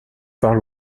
parle